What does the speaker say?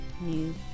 new